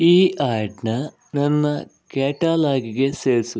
ಈ ಆ್ಯಡ್ನ ನನ್ನ ಕ್ಯಾಟಲಾಗಿಗೆ ಸೇರಿಸು